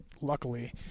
luckily